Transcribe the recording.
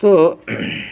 ᱛᱳ